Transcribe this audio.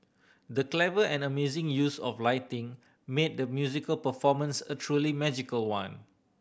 the clever and amazing use of lighting made the musical performance a truly magical one